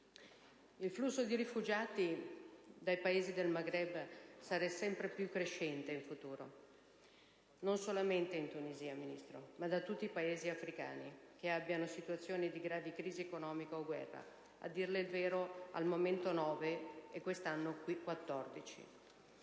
Il flusso di rifugiati dai Paesi del Maghreb sarà sempre più massiccio in futuro, non solamente dalla Tunisia, ma da tutti i Paesi africani che abbiano situazioni di grave crisi economica o di guerra (al momento 9, ma per quest'anno